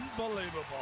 unbelievable